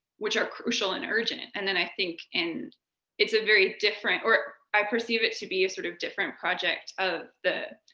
which are crucial and urgent. and then i think, and it's a very different or i perceive it to be a sort of different project of the,